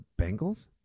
Bengals